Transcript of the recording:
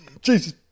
Jesus